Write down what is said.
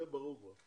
זה ברור כבר.